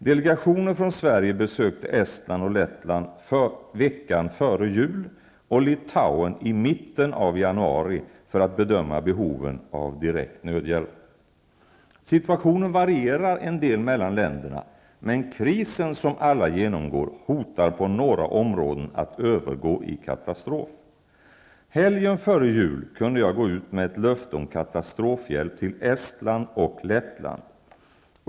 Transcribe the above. Delegationer från Sverige besökte Estland och Lettland veckan före jul och Litauen i mitten av januari för att bedöma behoven av direkt nödhjälp. Situationen varierar en del mellan länderna, men krisen som alla genomgår hotar på några områden att övergå i katastrof. Helgen före jul kunde jag gå ut med ett löfte om katastrofhjälp till Estland och Lettland.